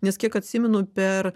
nes kiek atsimenu per